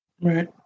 Right